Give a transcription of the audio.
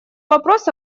вопрос